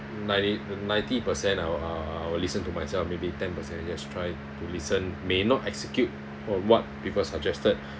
ninety ninety percent I'll I I'll listen to myself maybe ten percent just try to listen may not execute on what people suggested